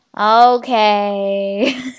Okay